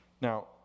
Now